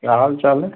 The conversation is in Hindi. क्या हाल चाल है